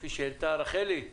כפי שהעלתה רחלי רחלי,